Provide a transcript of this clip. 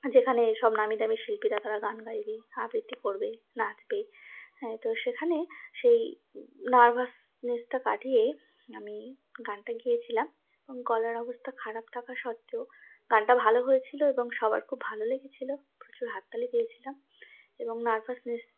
যেখানে সব নামী দামি শিল্পীরা তারা গান গাইবে আবৃত্তি করবে নাচবে হ্যাঁ তো সেখানে সেই নার্ভাসনেসটা কাটিয়ে আমি গানটা গেয়েছিলাম এবং গলার অবস্তা খারাপ থাকা সত্ত্বেও গানটা ভালো হয়েছিল এবং সবার খুব ভালো লেগেছিল প্রচুর হাততালি পেয়েছিলাম এবং নার্ভাসনেস